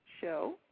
show